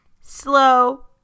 slow